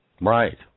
Right